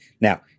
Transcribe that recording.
Now